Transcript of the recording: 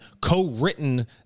co-written